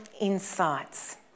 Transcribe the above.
insights